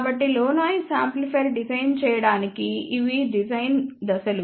కాబట్టి low noise amplifier design చేయడానికి ఇవి డిజైన్ దశలు